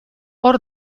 hor